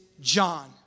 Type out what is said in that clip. John